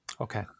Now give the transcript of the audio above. Okay